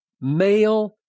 male